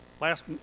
last